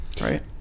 right